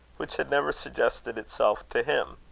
which had never suggested itself to him.